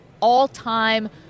all-time